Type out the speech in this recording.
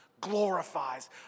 glorifies